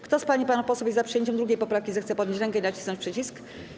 Kto z pań i panów posłów jest za przyjęciem 2. poprawki, zechce podnieść rękę i nacisnąć przycisk.